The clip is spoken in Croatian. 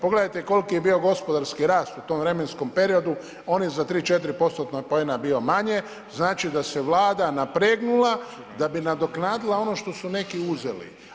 Pogledajte koliki je bio gospodarski rast u tom vremenskom periodu, on je za 3, 4%-tna poena bio manje, znači da se Vlada napregnula da bi nadoknadila ono što su neki uzeli.